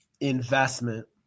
investment